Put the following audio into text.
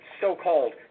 so-called